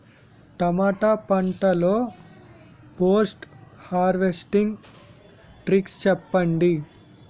టమాటా పంట లొ post harvesting techniques చెప్పండి?